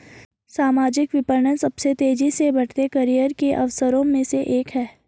सामाजिक विपणन सबसे तेजी से बढ़ते करियर के अवसरों में से एक है